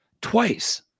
twice